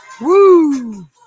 Woo